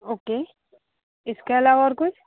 okay इसके अलावा और कुछ